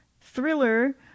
thriller